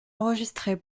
enregistré